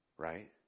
Right